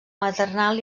maternal